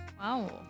Wow